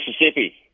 Mississippi